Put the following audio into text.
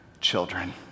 Children